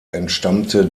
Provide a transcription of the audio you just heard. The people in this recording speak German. entstammte